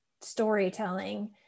storytelling